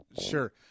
Sure